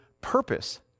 purpose